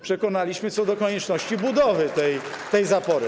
przekonaliśmy co do konieczności budowy tej zapory.